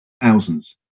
thousands